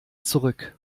zurück